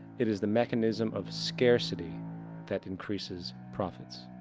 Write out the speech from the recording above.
it is the mechanism of scarcity that increases profits.